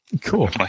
cool